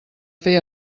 fer